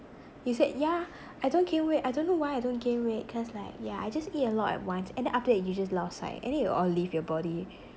you said yeah I don't gain weight I don't know why I don't gain weight cause like yeah I just eat a lot at once and then after that you just lost fat and then it'll all leave your body